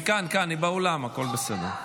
היא כאן באולם, הכול בסדר.